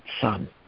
Son